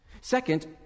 Second